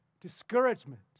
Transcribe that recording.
discouragement